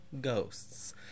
ghosts